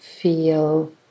feel